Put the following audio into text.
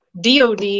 DOD